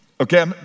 Okay